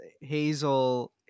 Hazel